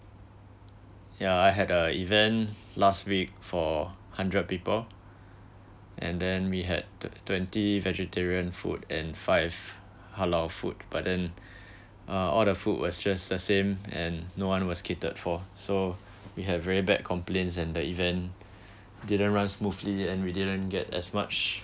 ya I had a event last week for hundred people and then we had twen~ twenty vegetarian food and five halal food but then uh all the food was just the same and no one was catered for so we have very bad complaints and the event didn't run smoothly and we didn't get as much